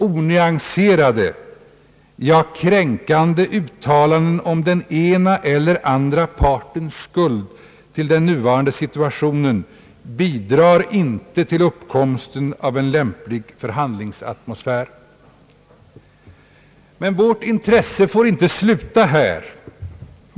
Onyanserade, ja kränkande uttalanden om den ena eller andra partens skuld till den nuvarande situationen bidrar inte till uppkomsten av en lämplig förhandlingsatmosfär. Men vårt intresse får inte sluta här.